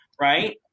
right